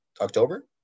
October